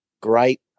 great